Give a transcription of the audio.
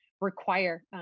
require